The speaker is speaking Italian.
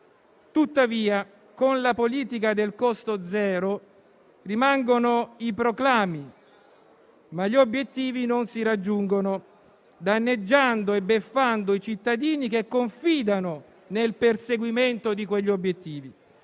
Tuttavia, con la politica del costo zero rimangono i proclami, ma gli obiettivi non si raggiungono, danneggiando e beffando i cittadini che confidano nel perseguimento di quegli obiettivi.